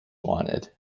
wanted